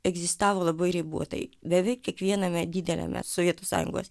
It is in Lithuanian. egzistavo labai ribotai beveik kiekviename dideliame sovietų sąjungos